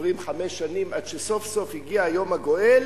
עוברות חמש שנים עד שסוף-סוף הגיע היום הגואל,